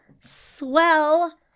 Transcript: swell